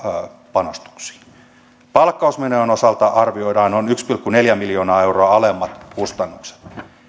panostuksiin palkkausmenojen osalta arvioidaan noin yksi pilkku neljä miljoonaa euroa alemmat kustannukset